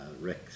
Rick